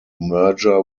merger